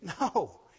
No